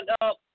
up